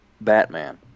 Batman